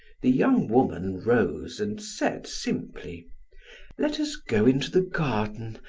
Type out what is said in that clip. the young woman rose and said simply let us go into the garden.